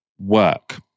work